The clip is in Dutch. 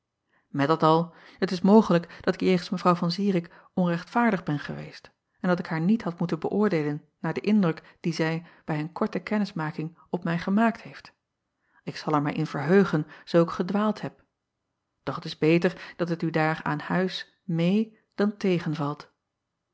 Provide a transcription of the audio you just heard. et dat al het is mogelijk dat ik jegens w an irik onrechtvaardig ben geweest en dat ik haar niet had moeten beöordeelen naar den indruk dien zij bij een korte kennismaking op mij gemaakt heeft k zal er mij in verheugen zoo ik gedwaald heb doch t is beter dat het u daar aan huis meê dan tegenvalt